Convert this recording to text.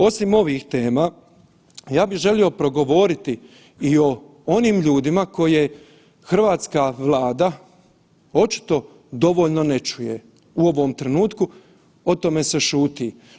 Osim ovih tema ja bih želio progovoriti i o onim ljudima koje hrvatska Vlada očito dovoljno ne čuje u ovom trenutku o tome se šuti.